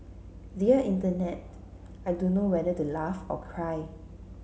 dear Internet I don't know whether to laugh or cry